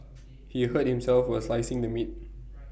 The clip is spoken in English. he hurt himself while slicing the meat